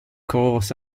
course